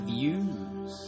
Views